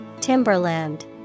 timberland